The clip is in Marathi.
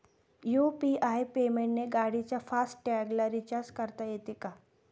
यु.पी.आय पेमेंटने गाडीच्या फास्ट टॅगला रिर्चाज करता येते का?